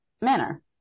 manner